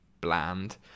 bland